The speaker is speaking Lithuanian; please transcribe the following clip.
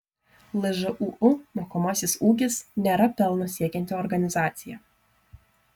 lžūu mokomasis ūkis nėra pelno siekianti organizacija